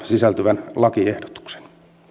sisältyvän lakiehdotuksen